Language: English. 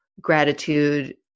gratitude